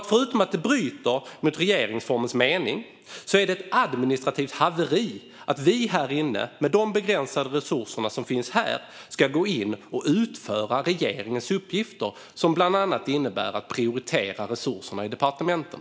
Förutom att det bryter mot regeringsformens mening är det ett administrativt haveri att vi härinne, med de begränsade resurser som finns här, ska gå in och utföra regeringens uppgifter som bland annat innebär att prioritera resurserna i departementen.